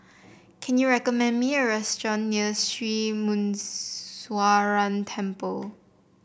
can you recommend me a restaurant near Sri Muneeswaran Temple